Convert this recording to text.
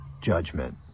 judgment